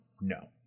No